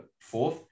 fourth